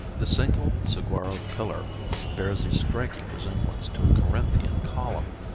the single saguaro pillar bears a striking resemblance to a corinthian column.